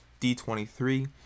D23